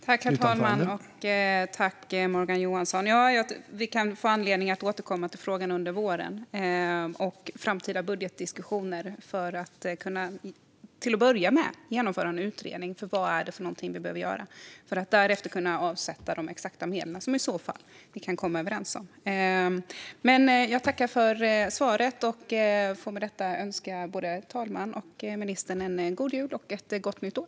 Herr talman och Morgan Johansson! Vi kan nog få anledning att återkomma till frågan under våren och i framtida budgetdiskussioner för att till att börja med kunna genomföra en utredning. På så vis kan vi se vad det är vi behöver göra, och vi kan därefter avsätta de exakta medel som vi i så fall kan komma överens om. Jag tackar för svaret och önskar med detta både herr talmannen och ministern en god jul och ett gott nytt år.